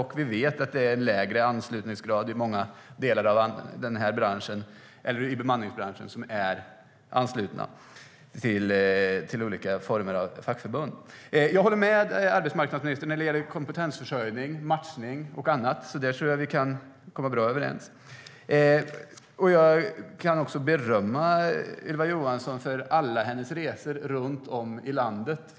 Vi vet att det är lägre anslutningsgrad till fackförbund i delar av bemanningsbranschen. Jag håller med arbetsmarknadsministern när det gäller kompetensförsörjning, matchning och så vidare. Där kommer vi bra överens. Jag kan också berömma Ylva Johansson för alla hennes resor runt om i landet.